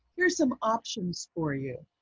here's some options for you.